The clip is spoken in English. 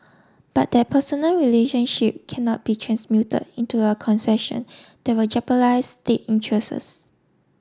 but that personal relationship cannot be transmuted into a concession that will jeopardise state interests